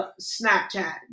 Snapchat